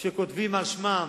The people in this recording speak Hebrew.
שכותבים על שמם